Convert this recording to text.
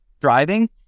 driving